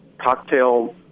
cocktail